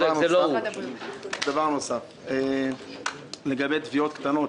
דבר נוסף, לגבי תביעות קטנות